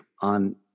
on